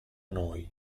noi